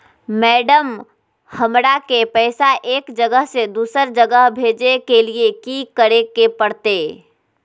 Madam, हमरा के पैसा एक जगह से दुसर जगह भेजे के लिए की की करे परते?